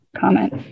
comment